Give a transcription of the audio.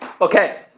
okay